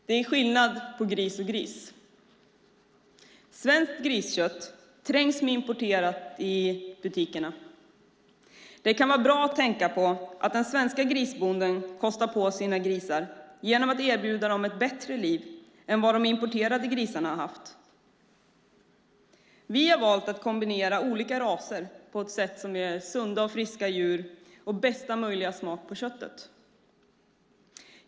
Det är skillnad på gris och gris. Svenskt griskött trängs med importerat i butikerna. Det kan vara bra att tänka på att den svenska grisbonden kostar på sina grisar ett bättre liv än vad de importerade grisarna har haft. Vi har valt att kombinera olika raser på ett sätt som ger sunda och friska djur med bästa möjliga smak på köttet.